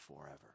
forever